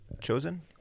Chosen